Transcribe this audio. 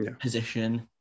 position